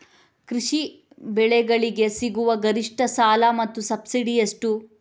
ಕೃಷಿ ಬೆಳೆಗಳಿಗೆ ಸಿಗುವ ಗರಿಷ್ಟ ಸಾಲ ಮತ್ತು ಸಬ್ಸಿಡಿ ಎಷ್ಟು?